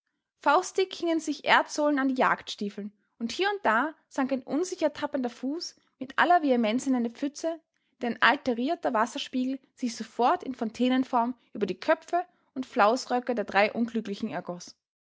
faustdick hingen sich erdsohlen an die jagdstiefeln und hier und da sank ein unsicher tappender fuß mit aller vehemenz in eine pfütze deren alterierter wasserspiegel sich sofort in fontänenform über die köpfe und flausröcke der drei unglücklichen ergoß